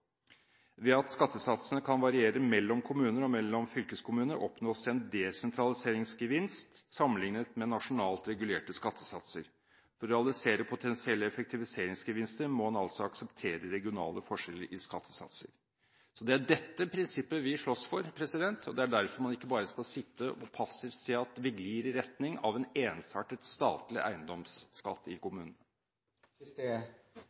Ved at skattesatsene kan variere mellom kommuner og mellom fylkeskommuner oppnås en desentraliseringsgevinst sammenlignet med nasjonalt regulerte skattesatser. For å realisere potensielle effektiviseringsgevinster må en altså akseptere regionale forskjeller i skattesatser. Det er dette prinsippet vi slåss for. Det er derfor man ikke bare skal sitte passivt å se på at vi glir i retning av en ensartet statlig eiendomsskatt i